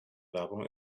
werbung